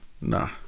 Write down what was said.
Nah